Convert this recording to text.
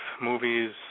movies